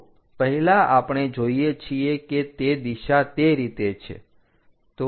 તો પહેલા આપણે જોઈએ છીએ કે તે દિશા તે રીતે છે